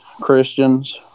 Christians